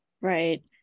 Right